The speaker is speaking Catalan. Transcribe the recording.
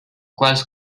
quals